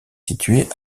situé